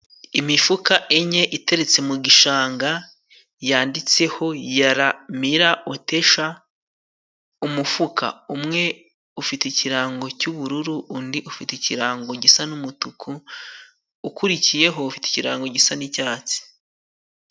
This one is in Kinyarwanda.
Imifuka enye iteretse mu gishanga yanditseho yaramira otesha. Umufuka umwe ufite ikirango cy'ubururu, undi ufite ikirango gisa n'umutuku, ukurikiyeho ufite ikirango gisa n'icyatsi.